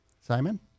Simon